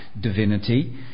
divinity